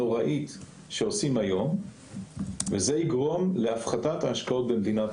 אני לא רוצה להתעורר יום אחד ולשאול את עצמי האם אני רוצה לגור במדינת